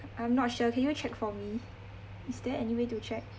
I'm not sure can you check for me is there anyway to check